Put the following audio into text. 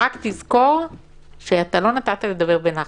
רק תזכור שלא נתת לי לדבר בנחת.